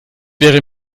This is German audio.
wäre